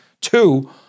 Two